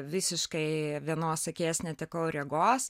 visiškai vienos akies netekau regos